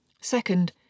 Second